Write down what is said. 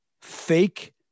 fake